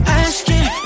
asking